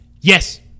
yes